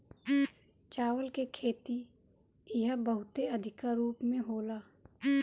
चावल के खेती इहा बहुते अधिका रूप में होला